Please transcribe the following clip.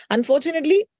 Unfortunately